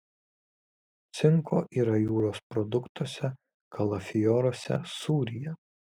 cinko yra jūros produktuose kalafioruose sūryje